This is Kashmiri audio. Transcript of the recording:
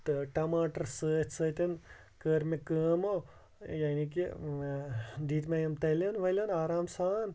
تہٕ ٹماٹَر سۭتۍ سۭتۍ کٔر مےٚ کٲم یعنے کہِ ٲں دِتۍ مےٚ یِم تٔلِیُن ولِیُن آرام سان